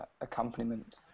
accompaniment